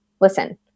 listen